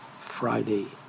Friday